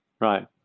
Right